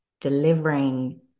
delivering